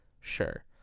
sure